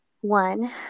one